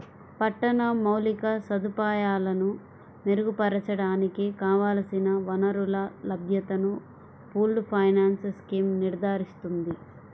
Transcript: పట్టణ మౌలిక సదుపాయాలను మెరుగుపరచడానికి కావలసిన వనరుల లభ్యతను పూల్డ్ ఫైనాన్స్ స్కీమ్ నిర్ధారిస్తుంది